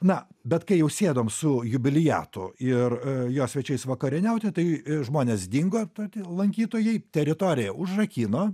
na bet kai jau sėdom su jubiliatu ir jo svečiais vakarieniauti tai žmonės dingo to tie lankytojai teritoriją užrakino